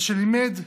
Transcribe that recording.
על שלימד,